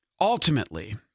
Ultimately